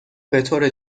بطور